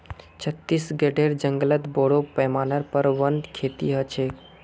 छत्तीसगढेर जंगलत बोरो पैमानार पर वन खेती ह छेक